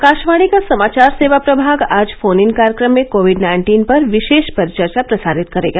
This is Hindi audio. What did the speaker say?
आकाशवाणी का समाचार सेवा प्रभाग आज फोन इन कार्यक्रम में कोविड नाइन्टीन पर विशेष परिचर्चा प्रसारित करेगा